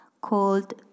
called